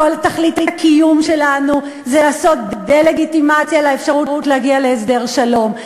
כל תכלית הקיום שלנו זה לעשות דה-לגיטימציה לאפשרות להגיע להסדר שלום.